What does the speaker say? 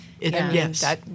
Yes